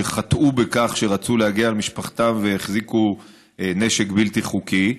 שחטאו בכך שרצו להגן על משפחתם והחזיקו נשק בלתי חוקי,